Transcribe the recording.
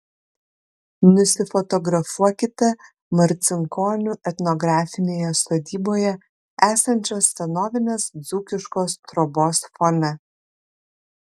nusifotografuokite marcinkonių etnografinėje sodyboje esančios senovinės dzūkiškos trobos fone